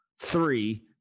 Three